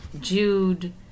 Jude